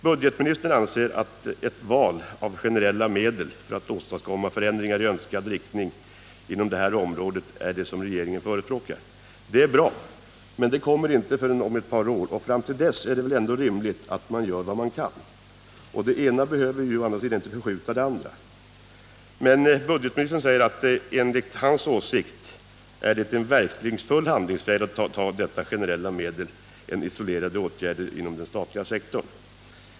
Budgetministern anför att ett val av generella medel för att åstadkomma förändringar i önskad riktning inom det här området är det som regeringen förespråkar. Det är bra, men det kommer inte förrän om ett par år, och fram till dess är det väl ändå rätt rimligt att man gör vad man kan. Och det ena behöver ju inte förskjuta det andra. Men budgetministern säger att det enligt hans åsikt är en mer verkningsfull handlingsväg att välja detta generella medel än att välja isolerade åtgärder inom den statliga sektorn.